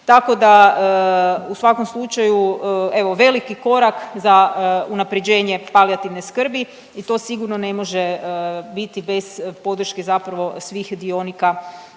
tako da u svakom slučaju evo veliki korak za unapređenje palijativne skrbi i to sigurno ne može biti bez podrške zapravo svih dionika